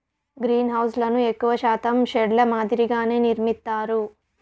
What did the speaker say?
గ్రీన్హౌస్లను ఎక్కువ శాతం షెడ్ ల మాదిరిగానే నిర్మిత్తారు